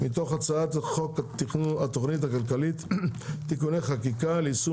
מתוך הצעת חוק התוכנית הכלכלית (תיקוני חקיקה ליישום